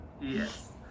Yes